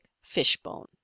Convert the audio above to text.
fishbone